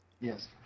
Yes